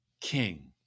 king